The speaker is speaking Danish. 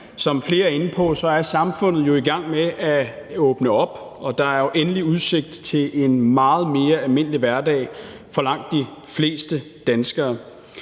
Som flere er inde på, er samfundet jo i gang med at åbne op, og der er jo endelig udsigt til en meget mere almindelig hverdag for langt de fleste danskere.